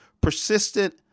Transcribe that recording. Persistent